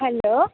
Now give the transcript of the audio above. hello